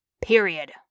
Period